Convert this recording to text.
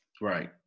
Right